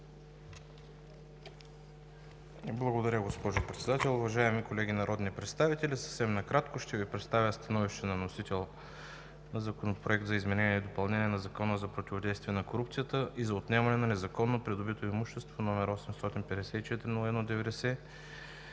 Благодаря, госпожо Председател. Уважаеми колеги народни представители, съвсем накратко ще Ви представя становището на вносител по Законопроект за изменение и допълнение на Закона за противодействие на корупцията и за отнемането на незаконно придобитото имущество, № 854-01-90,